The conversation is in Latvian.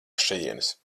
šejienes